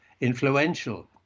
influential